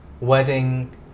wedding